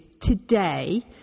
TODAY